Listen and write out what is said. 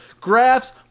graphs